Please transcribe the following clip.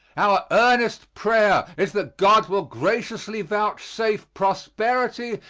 our earnest prayer is that god will graciously vouchsafe prosperity,